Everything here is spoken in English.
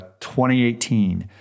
2018